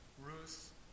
Ruth